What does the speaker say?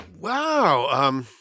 Wow